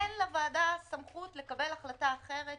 אין לוועדה סמכות לקבל החלטה אחרת